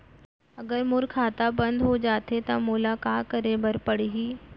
अगर मोर खाता बन्द हो जाथे त मोला का करे बार पड़हि?